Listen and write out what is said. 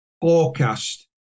forecast